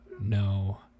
no